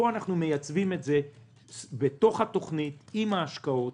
פה אנחנו מייצבים את זה בתוך התכנית עם ההשקעות